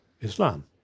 Islam